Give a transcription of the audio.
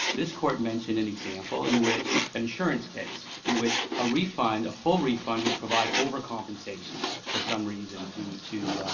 this court mentioned an example in which an insurance case in which a refund a full refund would provide overcompensation for some reason to to